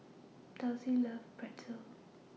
Dulcie loves Pretzel